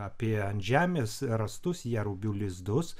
apie ant žemės rastus jerubių lizdus